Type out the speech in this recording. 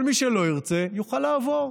אבל מי שלא ירצה, יוכל לעבור,